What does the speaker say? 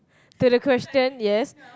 to the question yes